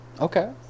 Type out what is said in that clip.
Okay